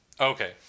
Okay